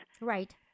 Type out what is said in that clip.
Right